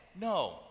No